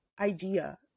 idea